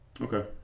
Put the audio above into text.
Okay